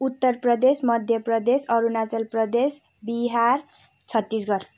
Uttar Pradesh Madhya Pradesh Arunachal Pradesh Bihar Chhattisgarh